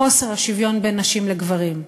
חוסר השוויון בין נשים לגברים.